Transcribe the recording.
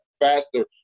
faster